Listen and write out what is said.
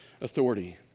authority